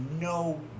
no